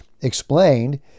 explained